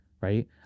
right